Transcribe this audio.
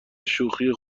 شوخی